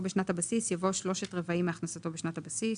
בשנת הבסיס" יבוא "שלושת רבעים מהכנסתו בשנת הבסיס".